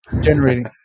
Generating